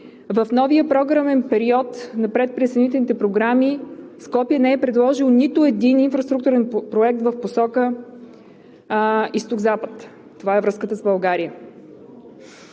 В новия Програмен период на предприсъединителните програми Скопие не е предложил нито един инфраструктурен проект в посока Изток – Запад. Това е връзката с България.